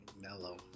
mellow